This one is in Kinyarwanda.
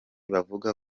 bavuga